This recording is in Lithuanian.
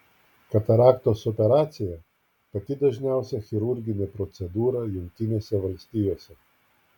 kataraktos operacija pati dažniausia chirurginė procedūra jungtinėse valstijose